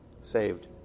saved